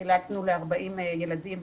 חילקנו ל-40 ילדים,